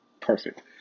perfect